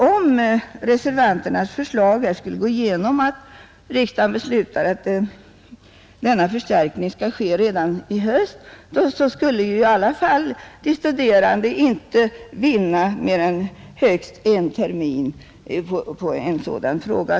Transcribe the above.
Om reservanternas förslag skulle gå igenom och riksdagen besluta att denna förstärkning skall ske redan i höst, så skulle ju i alla fall de studerande inte vinna mer än högst en termin.